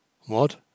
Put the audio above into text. What